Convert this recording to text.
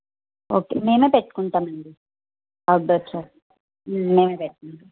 okay మేము పెట్టుకుంటాం అండి అవుట్డోర్ చా మేము పెట్టుకుంటాం